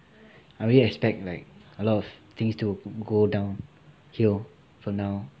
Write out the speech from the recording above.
I really expect like a lot of things to go downhill from now